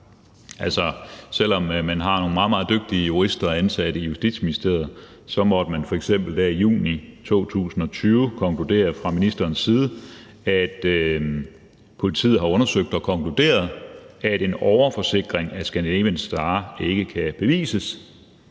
Selv om man har nogle meget, meget dygtige jurister ansat i Justitsministeriet, måtte man f.eks. i juni 2020 konkludere fra ministerens side, at politiet havde undersøgt og konkluderet, at en overforsikring af »Scandinavian Star« ikke kunne bevises.